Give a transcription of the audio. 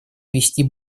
вести